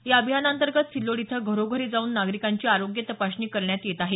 या अभियानांतर्गत सिल्लोड इथं घरोघरी जाऊन नागरिकांची आरोग्य तपासणी करण्यात येत आहे